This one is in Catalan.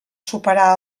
superar